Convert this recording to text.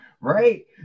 right